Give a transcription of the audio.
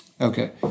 Okay